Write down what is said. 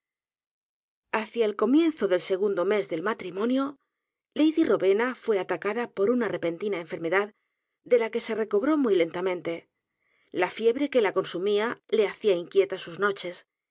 hacia el comienzo del segundo mes del matrimonio lady rowena fué atacada por una repentina enfermedad de l a que se recobró muy lentamente la fiebre que la consumía le hacía inquietas sus noches